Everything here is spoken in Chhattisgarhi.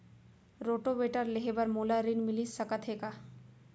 रोटोवेटर लेहे बर मोला ऋण मिलिस सकत हे का?